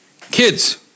Kids